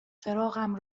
چراغم